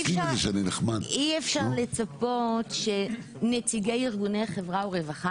אי אפשר לצפות שנציגי ארגוני חברה ורווחה,